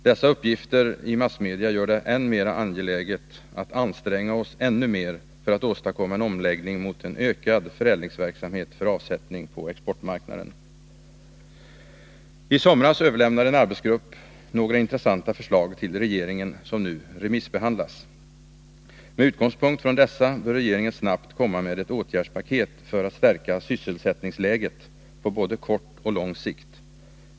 Dessa uppgifter i massmedia gör det än mera angeläget att vi anstränger oss ännu mer för att åstadkomma en omläggning mot en ökad förädlingsverksamhet för avsättning på exportmarknaden. I somras överlämnade en arbetsgrupp några intressanta förslag till regeringen som nu remissbehandlas. Med utgångspunkt i dessa bör regeringen snabbt komma med ett åtgärdspaket för att stärka sysselsättningsläget på både kort och lång sikt.